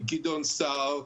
גדעון סער,